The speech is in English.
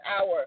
hour